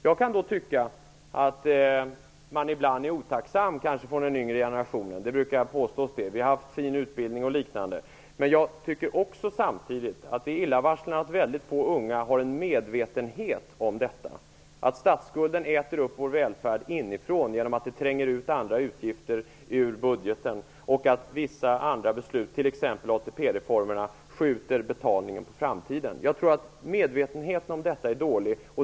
Jag kan tycka att den yngre generationen ibland är otacksam. Det brukar påstås så. Vi har fått fin utbildning och liknande. Men jag tycker samtidigt att det är illavarslande att mycket få unga har en medvetenhet om att statsskulden äter upp vår välfärd inifrån genom att den tränger ut andra utgifter ur budgeten och att vissa andra beslut, t.ex. ATP-reformerna, skjuter betalningen på framtiden. Jag tror att medvetenheten om detta är dålig.